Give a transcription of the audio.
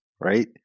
right